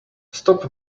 stop